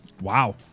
Wow